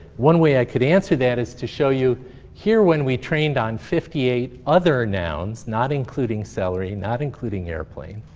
one way i could answer that is to show you here, when we trained on fifty eight other nouns, not including celery, not including airplane.